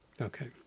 Okay